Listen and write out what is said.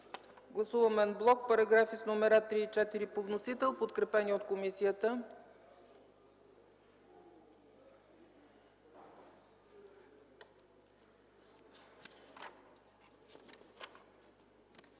гласуване анблок параграфи с номера 3 и 4 по вносител, подкрепени от комисията.